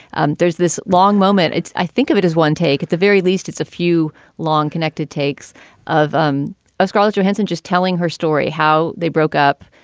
and there's this long moment. it's i think of it as one take at the very least. it's a few long connected takes of um ah scarlett johansson just telling her story. how they broke up.